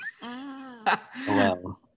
Hello